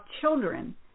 children